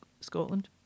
scotland